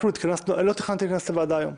לא תכננתי לכנס את הוועדה היום.